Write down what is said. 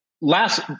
last